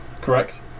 correct